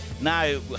Now